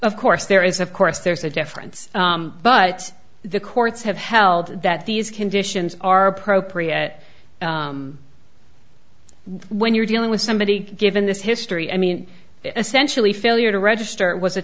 of course there is of course there's a difference but the courts have held that these conditions are appropriate when you're dealing with somebody given this history i mean essentially failure to register was a